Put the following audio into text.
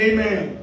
Amen